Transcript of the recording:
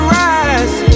rise